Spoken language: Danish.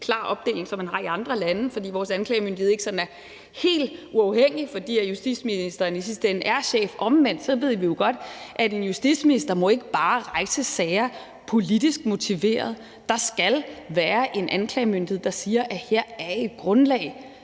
klar opdeling, som man har i andre lande, for vores anklagemyndighed er ikke helt uafhængig, fordi justitsministeren i sidste ende er chef. Omvendt ved vi jo godt, at en justitsminister ikke bare må rejse sager, der er politisk motiveret. Der skal være en anklagemyndighed, der siger, at her er et grundlag